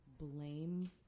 blame